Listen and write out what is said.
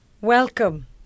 Welcome